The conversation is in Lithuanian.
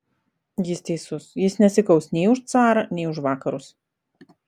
jis teisus jis nesikaus nei už carą nei už vakarus